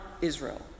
Israel